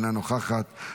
אינה נוכחת,